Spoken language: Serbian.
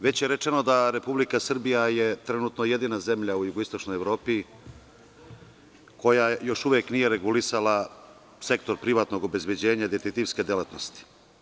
Već je rečeno da je Republika Srbija jedina zemlja u jugoistočnoj Evropi, koja još uvek nije regulisala sektor privatnog obezbeđenja detektivske delatnosti.